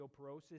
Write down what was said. Osteoporosis